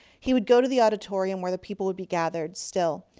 he would go to the auditorium where the people would be gathered, still.